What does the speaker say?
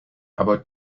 about